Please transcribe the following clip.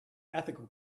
ethical